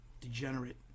degenerate